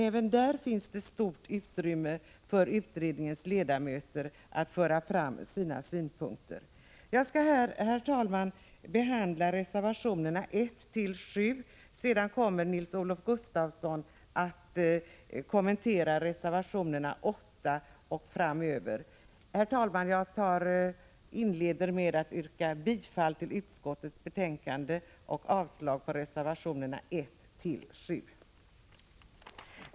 Även där finns det stort utrymme för utredningens ledamöter att föra fram sina synpunkter. Jag skall, herr talman, behandla reservationerna 1-7. Sedan kommer Nils-Olof Gustafsson att kommentera de övriga reservationerna. Herr talman! Jag inleder med att yrka bifall till utskottets hemställan och avslag på reservationerna 1—7.